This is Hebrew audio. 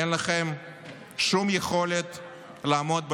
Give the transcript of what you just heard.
אין לכם שום יכולת לעמוד במשימה.